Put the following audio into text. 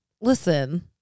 listen